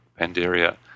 Pandaria